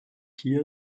hier